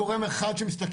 אין אף גורם אחד שמסתכל,